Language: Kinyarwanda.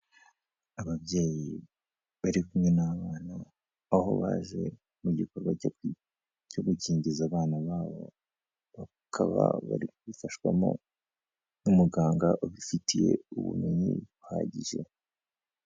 Ababyeyi bari kumwe n'abana babo, baje mu gikorwa cyo gukingiza abana babo, bakaba bari kubifashwamo n'umuganga ubifitiye ubumenyi buhagije.